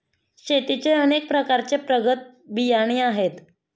शेतीचे अनेक प्रकारचे प्रगत बियाणे आहेत